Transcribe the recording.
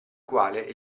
quale